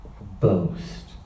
boast